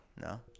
No